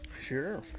Sure